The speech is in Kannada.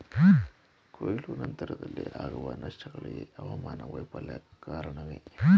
ಕೊಯ್ಲು ನಂತರದಲ್ಲಿ ಆಗುವ ನಷ್ಟಗಳಿಗೆ ಹವಾಮಾನ ವೈಫಲ್ಯ ಕಾರಣವೇ?